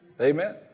Amen